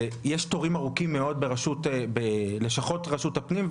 יש תורים ארוכים מאוד בלשכות רשות הפנים,